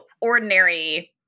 ordinary